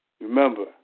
remember